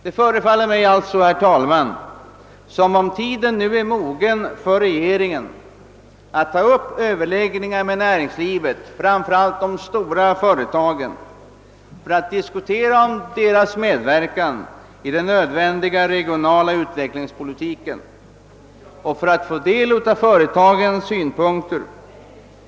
Det förefaller mig alltså, herr talman, som om tiden nu är mogen för regeringen att ta upp överläggningar med näringslivet, framför allt med de stora företagen, för att diskutera om deras medverkan i den nödvändiga regionala utvecklingspolitiken och för att få del av företagens synpunkter.